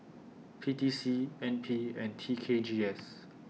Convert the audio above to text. P T C N P and T K G S